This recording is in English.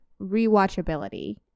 rewatchability